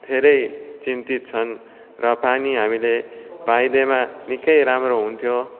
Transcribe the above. धेरै चिन्तित छन् र पानी हामीले पाइदिएमा निक्कै राम्रो हुन्थ्यो